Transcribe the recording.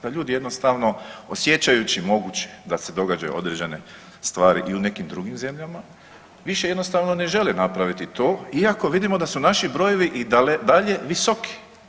Da ljudi jednostavno osjećajući moguće da se događaju određene stvari i u nekim drugim zemljama više jednostavno ne žele napraviti to iako vidimo da su naši brojevi i dalje visoki.